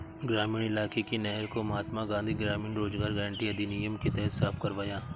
ग्रामीण इलाके की नहर को महात्मा गांधी ग्रामीण रोजगार गारंटी अधिनियम के तहत साफ करवाया